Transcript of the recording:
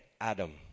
Adam